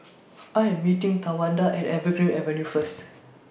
I Am meeting Tawanda At Evergreen Avenue First